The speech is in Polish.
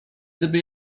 gdyby